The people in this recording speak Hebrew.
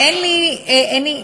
אין לי, אין לי.